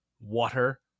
water